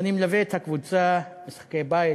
ואני מלווה את הקבוצה במשחקי בית,